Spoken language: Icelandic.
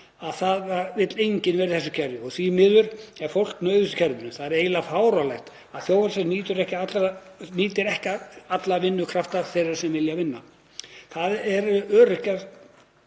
að það vill enginn vera í þessu kerfi og því miður er fólk nauðugt í kerfinu. Það er eiginlega fáránlegt að þjóð nýti ekki allan vinnukraft þeirra sem vilja vinna. Það eru öryrkjar